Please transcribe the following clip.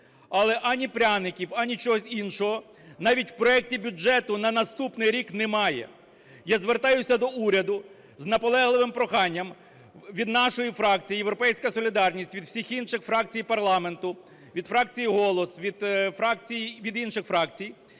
Але ані пряників, ані чогось іншого навіть в проекті бюджету на наступний рік немає. Я звертаюсь до уряду з наполегливим проханням від нашої фракції "Європейська солідарність", від всіх інших фракцій парламенту, від фракції "Голос", від інших фракцій